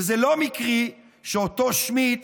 וזה לא מקרי שאותו שמיט